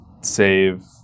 save